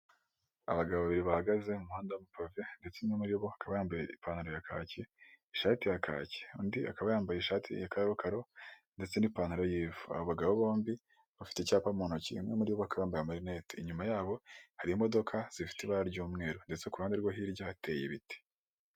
Abagabo babiri bahagaze mu muhanda w'amapave ndetse umwe muri bo akaba yambaye ipantaro ya kaki ishati ya kake undi akaba yambaye ishati ya karokaro ndetse n'ipantaro y'ivu, abagabo bombi bafite icyapa mutoki umwe muri bo akaba yambaye amarinete, inyuma yabo hari imodoka zifite ibara ry'umweru ndetse ku ruhande rwo hirya hateye ibiti.